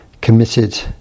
committed